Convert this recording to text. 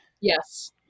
yes